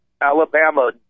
Alabama